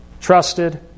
trusted